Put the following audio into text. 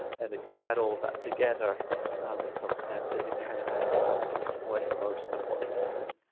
and if you add all of that together in some sense ah it's kind of adding up to explain most of what's missing.